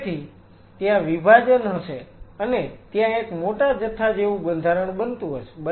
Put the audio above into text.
તેથી ત્યાં વિભાજન હશે અને ત્યાં એક મોટાજથ્થા જેવું બંધારણ બનતું હશે